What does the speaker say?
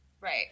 Right